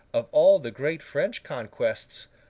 of all the great french conquests,